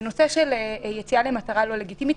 בנושא של יציאה למטרה לא לגיטימית,